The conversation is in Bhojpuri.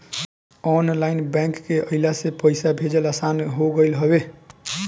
ऑनलाइन बैंक के अइला से पईसा भेजल आसान हो गईल हवे